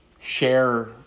share